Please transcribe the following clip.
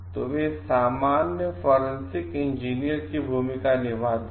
तो वे सामान्य फोरेंसिक इंजीनियर की भूमिका निभाते हैं